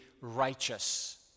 righteous